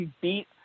beat